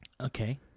Okay